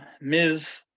Ms